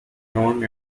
known